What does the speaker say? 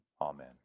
Amen